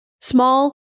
small